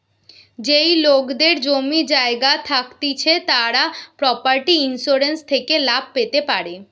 যেই লোকেদের জমি জায়গা থাকতিছে তারা প্রপার্টি ইন্সুরেন্স থেকে লাভ পেতে পারে